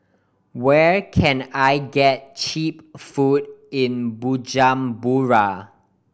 where can I get cheap food in Bujumbura